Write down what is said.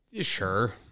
sure